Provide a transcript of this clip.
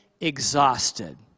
exhausted